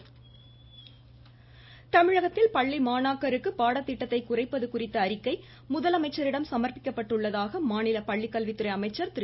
செங்கோட்டையன் தமிழகத்தில் பள்ளி மாணாக்கருக்கு பாடத்திட்டத்தை குறைப்பது குறித்த அறிக்கை முதலமைச்சரிடம் சமர்ப்பிக்கப்பட்டுள்ளதாக மாநில பள்ளிக்கல்வித்துறை அமைச்சர் திரு